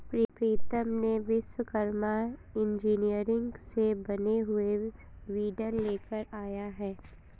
प्रीतम ने विश्वकर्मा इंजीनियरिंग से बने हुए वीडर लेकर आया है